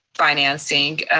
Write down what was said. financing.